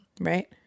right